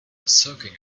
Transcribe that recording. soaking